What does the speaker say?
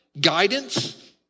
guidance